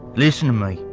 listen to me,